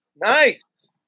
Nice